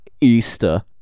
Easter